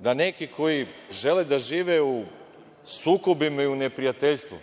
da neki koji žele da žive u sukobima i u neprijateljstvu